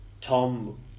Tom